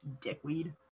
Dickweed